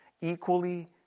equally